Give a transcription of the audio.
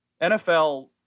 NFL